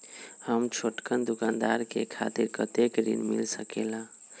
हम छोटकन दुकानदार के खातीर कतेक ऋण मिल सकेला?